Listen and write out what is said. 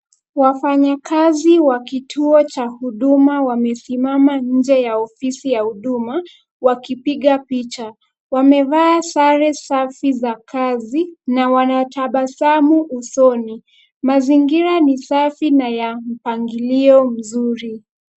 Wafanyakazi wa kituo cha huduma wamesimama nje ya ofisi ya huduma wakipiga picha. Wamevaa sare safi za kazi na wanatabasamu usoni. Mazingira ni safi na ya mpangilio mzuri.